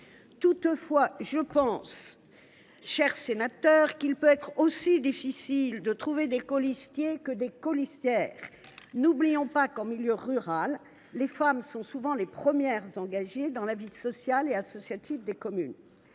toutefois, chers sénateurs, qu’il peut être aussi difficile de trouver des colistiers que des colistières. N’oublions pas que, en milieu rural, les femmes sont souvent les premières engagées dans la vie sociale et associative des communes.